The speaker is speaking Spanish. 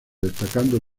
destacando